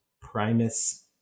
Primus